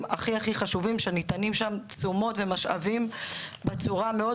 הכי חשובים שניתנים שם תשומות ומשאבים בצורה מאוד